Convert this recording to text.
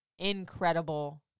incredible